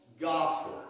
gospel